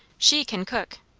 she can cook.